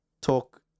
talk